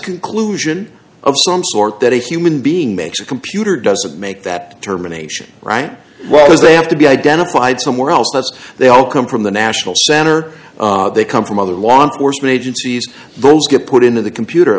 conclusion of some sort that a human being makes a computer doesn't make that determination right well is they have to be identified somewhere else they all come from the national center they come from other law enforcement agencies those get put into the computer at